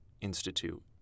Institute